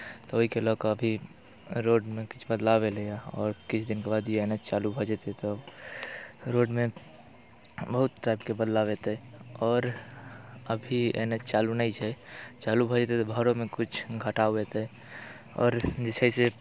तऽ ओहिके लऽ कऽ अभी रोडमे किछु बदलाव एलैए आओर किछु दिनके बाद ई एन एच चालू भऽ जेतै तऽ रोडमे बहुत टाइपके बदलाव एतै आओर अभी एन एच चालू नहि छै चालू भऽ जेतै तऽ भाड़ोमे किछु घटाव हेतै आओर जे छै से